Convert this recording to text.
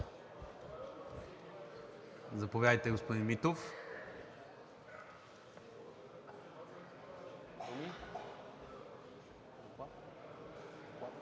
Заповядайте, господин Митов.